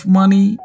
money